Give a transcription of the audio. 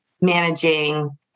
managing